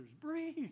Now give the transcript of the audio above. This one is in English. breathe